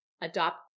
adopt